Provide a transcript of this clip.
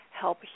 help